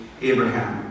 Abraham